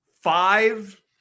Five